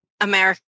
America